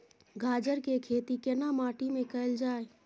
गाजर के खेती केना माटी में कैल जाए?